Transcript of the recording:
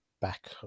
back